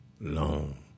long